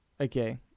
Okay